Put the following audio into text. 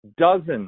dozens